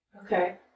Okay